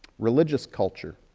religious culture,